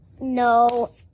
no